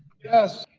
yes.